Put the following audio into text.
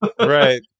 Right